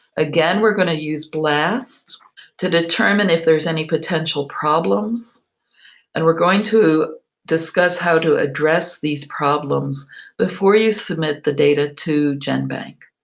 again, we're going to use blast to determine if there's any potential problems and we're going to discuss how to address these problems before you submit the data to genbank.